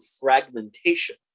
fragmentation